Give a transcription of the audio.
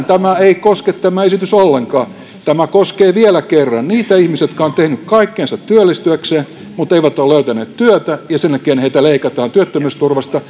tämä esitys ei koske ollenkaan tämä koskee vielä kerran niitä ihmisiä jotka ovat tehneet kaikkensa työllistyäkseen mutta eivät ole löytäneet työtä ja sen jälkeen heiltä leikataan työttömyysturvasta